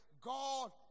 God